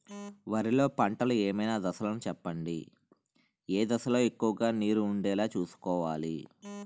వరిలో పంటలు ఏమైన దశ లను చెప్పండి? ఏ దశ లొ ఎక్కువుగా నీరు వుండేలా చుస్కోవలి?